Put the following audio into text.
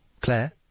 Claire